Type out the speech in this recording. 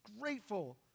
grateful